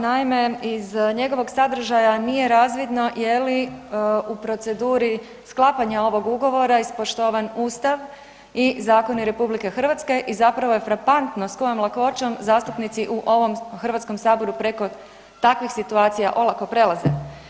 Naime, iz njegovog sadržaja nije razvidno je li u proceduri sklapanja ovog Ugovora ispoštovan Ustav i zakoni RH i zapravo je frapantno s kojom lakoćom zastupnici u ovom HS-u preko takvih situacija olako prelaze.